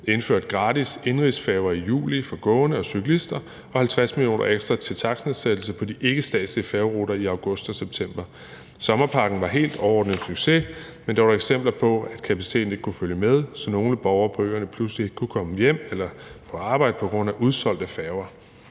indført gratis indenrigsfærger i juli for gående og cyklister, og der blev givet 50 mio. kr. ekstra til takstnedsættelser på de ikkestatslige færgeruter i august og september måned. Sommerpakken var helt overordnet en succes, men der var eksempler på, at kapaciteten ikke kunne følge med, så nogle borgere på øerne pludselig ikke kunne komme hjem eller på arbejde på grund af udsolgte færger.